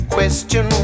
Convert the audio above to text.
Question